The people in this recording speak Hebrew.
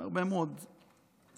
מהרבה מאוד סיבות,